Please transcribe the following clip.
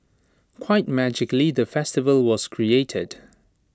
quite magically the festival was created